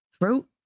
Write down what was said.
throat